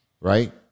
right